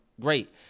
great